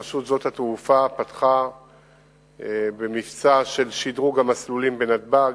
רשות שדות התעופה פתחה במבצע של שדרוג המסלולים בנתב"ג,